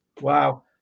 wow